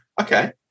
Okay